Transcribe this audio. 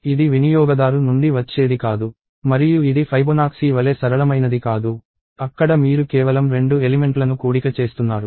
ఇది వినియోగదారు నుండి వచ్చేది కాదు మరియు ఇది ఫైబొనాక్సీ వలె సరళమైనది కాదు అక్కడ మీరు కేవలం 2 ఎలిమెంట్లను కూడిక చేస్తున్నారు